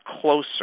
closer